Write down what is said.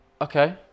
Okay